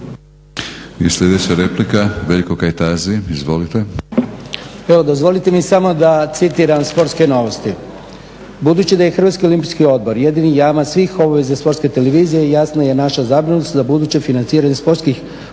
**Kajtazi, Veljko (Nezavisni)** Evo dozvolite mi samo da citiram Sportske novosti. "Budući da je HOO jedini jamac svih obveza Sportske televizije jasna je naša zabrinutost za buduće financiranje sportskih